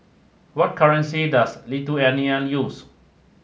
what currency does Lithuania use